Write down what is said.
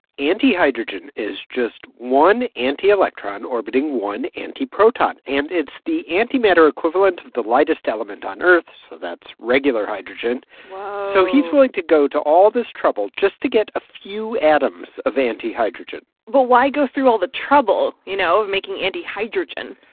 antihydrogen is just one antielectron orbiting one antiproton, and it's the antimatter equivalent of the lightest element on earth, so that's regular hydrogen whoa so he's willing to go to all this trouble just to get a few atoms of antihydrogen but why go through all the trouble, you know, of making antihydrogen?